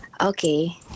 okay